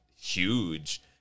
huge